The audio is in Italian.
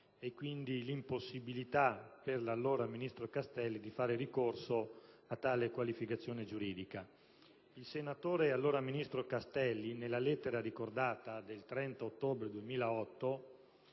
e, quindi, l'impossibilità per l'allora ministro Castelli di fare ricorso a tale qualificazione giuridica. Il senatore Castelli, allora ministro, nella ricordata lettera del 30 ottobre 2008